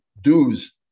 dues